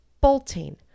Bolting